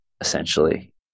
essentially